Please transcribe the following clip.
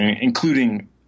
including